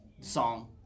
song